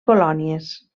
colònies